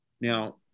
Now